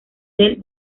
del